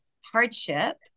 hardship